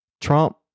Trump